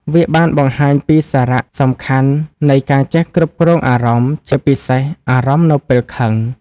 វាបានបង្ហាញពីសារៈសំខាន់នៃការចេះគ្រប់គ្រងអារម្មណ៍ ជាពិសេសអារម្មណ៍នៅពេលខឹង។